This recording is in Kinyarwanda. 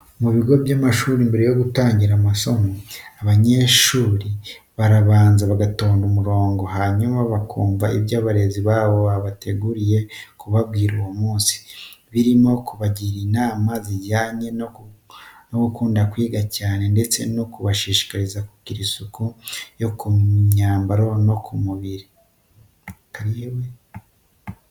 Mu bigo by'amashuri mbere yo gutangira amasomo, abanyeshuri barabanza bagatonda umurongo, hanyuma bakumva ibyo abarezi babo babateguriye kubabwira uwo munsi, birimo kubagira inama zijyanye no gukunda kwiga cyane ndetse no kubashishikariza kugira isuku yo ku myambaro no ku mubiri.